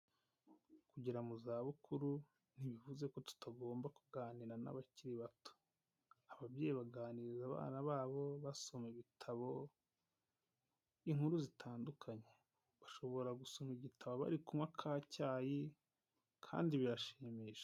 Kugera mu zabukuru ntibivuze ko tutagomba kuganira n'abakiri bato. Ababyeyi baganiriza abana babo basoma ibitabo, inkuru zitandukanye, bashobora gusoma igitabo bari kunywa ka cyayi kandi birashimisha.